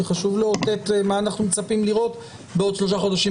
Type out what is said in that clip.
כי חשוב לאותת מה אנחנו מצפים לראות בעוד שלושה חודשים.